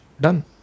done